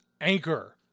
Anchor